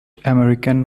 american